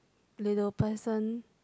little person